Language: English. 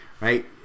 right